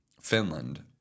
Finland